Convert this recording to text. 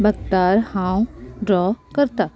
बद्दार हांव ड्रॉ करता